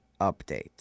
update